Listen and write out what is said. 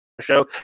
show